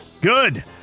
Good